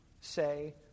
say